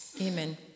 Amen